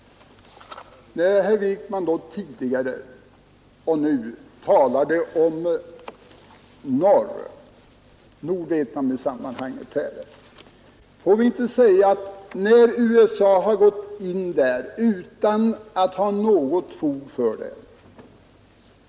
Då herr Wijkman tidigare talade om Nordvietnam erkände han att USA gått in där utan att ha något fog för det.